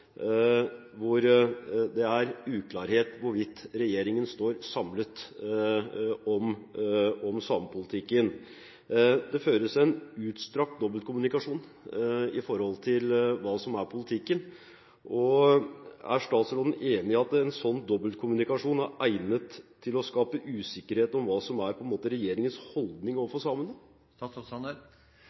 hvor det er uklarhet hvorvidt regjeringen står samlet om samepolitikken. Det føres en utstrakt dobbeltkommunikasjon med hensyn til hva som er politikken. Er statsråden enig i at en sånn dobbeltkommunikasjon er egnet til å skape usikkerhet om hva som er regjeringens holdning overfor samene?